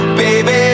baby